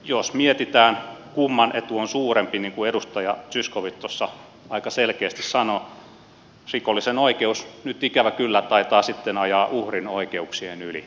jos mietitään kumman etu on suurempi niin kuin edustaja zyskowicz aika selkeästi sanoi rikollisen oikeus nyt ikävä kyllä taitaa sitten ajaa uhrin oikeuksien yli valitettavasti